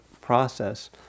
process